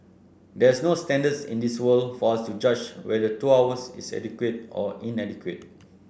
there is no standards in this world for us to judge whether two hours is adequate or inadequate